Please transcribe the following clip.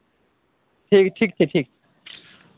ठीक ठीक छै ठीक छै